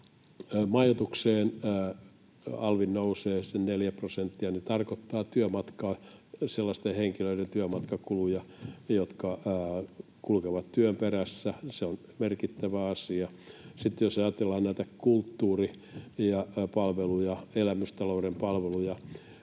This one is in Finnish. Majoituksen alvi nousee sen 4 prosenttia, mikä tarkoittaa sellaisten henkilöiden työmatkakuluja, jotka kulkevat työn perässä. Se on merkittävä asia. Sitten jos ajatellaan näitä kulttuuripalveluja, elämystalouden palveluja